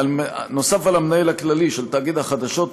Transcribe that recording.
נוסף על המנהל הכללי של תאגיד החדשות,